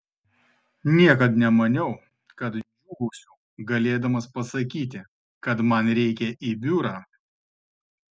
niekad nemaniau kad džiūgausiu galėdamas pasakyti kad man reikia į biurą